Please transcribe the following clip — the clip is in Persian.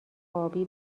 ابی